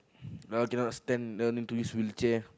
well cannot stand they all need to use wheelchair